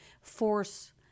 force